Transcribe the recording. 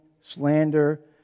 slander